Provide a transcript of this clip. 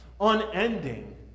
unending